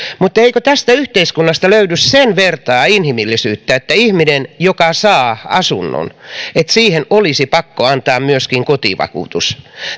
mutta eikö tästä yhteiskunnasta löydy sen vertaa inhimillisyyttä että ihmiselle joka saa asunnon olisi pakko antaa myöskin kotivakuutus